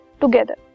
together